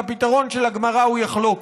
והפתרון של הגמרא הוא "יחלוקו".